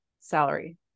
salary